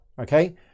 okay